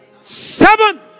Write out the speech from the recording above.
Seven